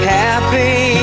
happy